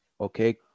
okay